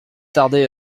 tarder